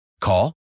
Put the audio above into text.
Call